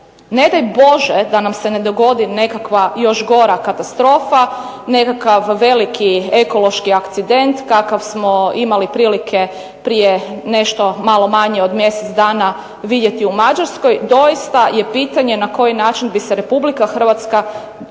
Ne daj Bože da nam se ne dogodi nekakva još gora katastrofa, nekakav veliki ekološki akcident kakav smo imali prilike prije nešto malo manje od mjesec dana vidjeti u Mađarskoj, doista je pitanje na koji način bi se Republika Hrvatska nosila